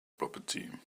property